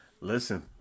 Listen